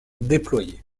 déployée